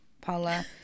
Paula